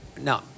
No